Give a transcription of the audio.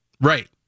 Right